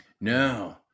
no